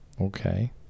Okay